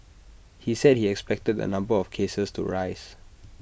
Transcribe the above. he said he expected the number of cases to rise